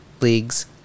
leagues